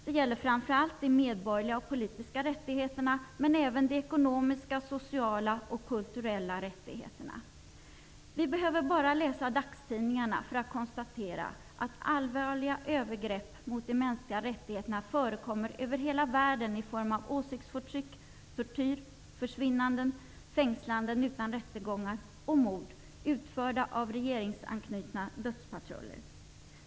Det gäller framför allt de medborgerliga och politiska rättigheterna, men även de ekonomiska, sociala och kulturella rättigheterna. Vi behöver bara läsa dagstidningarna för att konstatera att allvarliga övergrepp mot de mänskliga rättigheterna förekommer över hela världen i form av åsiktsförtryck, tortyr, försvinnanden, fängslanden utan rättegångar och mord utförda av regeringsanknutna dödspatruller.